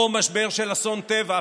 או משבר של אסון טבע,